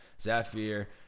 Zafir